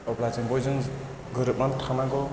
अब्ला जों बयजोंबो गोरोबनानै थानांगौ